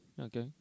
Okay